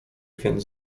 więc